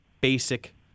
basic